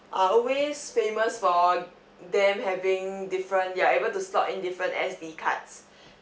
are always famous for them having different they are able to slot in different S_D cards